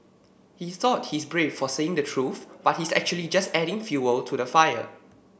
he thought he's brave for saying the truth but he's actually just adding fuel to the fire